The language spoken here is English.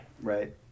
Right